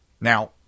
Now